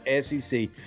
SEC